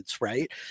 right